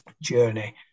journey